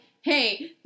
hey